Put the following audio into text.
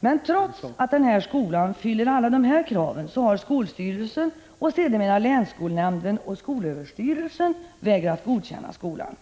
Men trots att den här skolan fyller alla dessa krav, har skolstyrelsen och sedermera länsskolnämnden samt SÖ vägrat godkänna skolan.